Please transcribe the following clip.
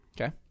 Okay